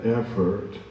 effort